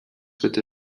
with